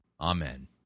Amen